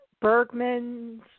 Bergman's